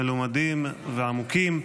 מלומדים ועמוקים.